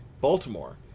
Baltimore